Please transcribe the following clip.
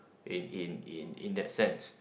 in in in in that sense